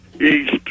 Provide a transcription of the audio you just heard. East